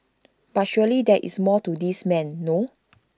but surely there is more to this man no